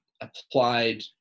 applied